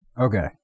Okay